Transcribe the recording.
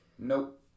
Nope